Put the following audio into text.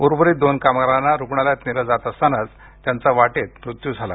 उर्वरित दोन कामगारांना रुग्णालयात नेलं जात असतानाच त्यांचा वाटेत मृत्यू झाला